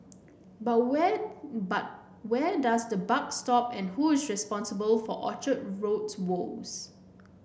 but where but where does the buck stop and who is responsible for Orchard Road's woes